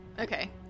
Okay